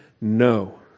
No